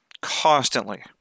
constantly